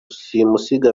simusiga